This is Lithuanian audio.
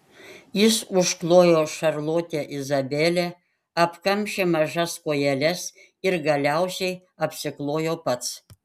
jis užklojo šarlotę izabelę apkamšė mažas kojeles ir galiausiai apsiklojo pats